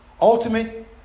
Ultimate